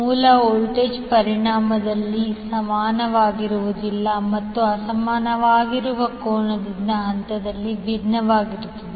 ಮೂಲ ವೋಲ್ಟೇಜ್ ಪರಿಮಾಣದಲ್ಲಿ ಸಮನಾಗಿರುವುದಿಲ್ಲ ಮತ್ತು ಅಸಮಾನವಾಗಿರುವ ಕೋನದಿಂದ ಹಂತದಲ್ಲಿ ಭಿನ್ನವಾಗಿರುತ್ತದೆ